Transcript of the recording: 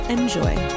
Enjoy